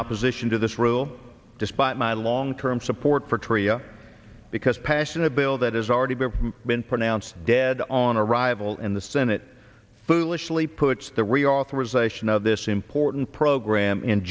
opposition to this rule despite my long term support for tria because passion a bill that has already been been pronounced dead on arrival in the senate foolishly puts the reauthorization of this important program in